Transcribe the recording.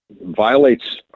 violates